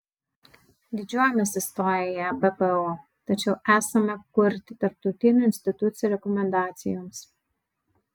didžiuojamės įstoję į ebpo tačiau esame kurti tarptautinių institucijų rekomendacijoms